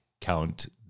Count